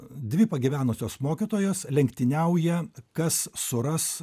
dvi pagyvenusios mokytojos lenktyniauja kas suras